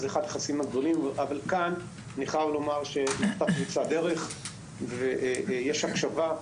כאן הייתה פריצת דרך ויש הקשבה.